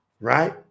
Right